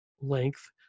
length